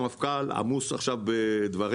המפכ"ל עמוס בדברים.